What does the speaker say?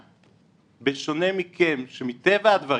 בשונה מכם שמטבע הדברים,